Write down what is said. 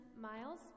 Miles